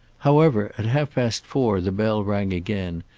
however, at half past four the bell rang again,